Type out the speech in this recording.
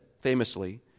famously